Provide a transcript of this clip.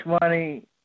money